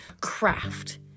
craft